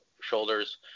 shoulders